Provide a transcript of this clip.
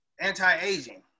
anti-aging